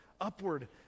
upward